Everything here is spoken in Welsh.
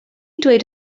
ddweud